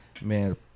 man